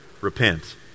repent